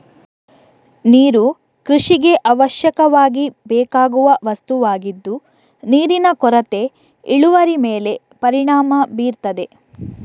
ನೀರು ಕೃಷಿಗೆ ಅವಶ್ಯಕವಾಗಿ ಬೇಕಾಗುವ ವಸ್ತುವಾಗಿದ್ದು ನೀರಿನ ಕೊರತೆ ಇಳುವರಿ ಮೇಲೆ ಪರಿಣಾಮ ಬೀರ್ತದೆ